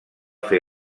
fer